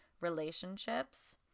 relationships